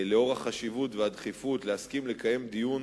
לאור החשיבות והדחיפות, להסכים לקיים דיון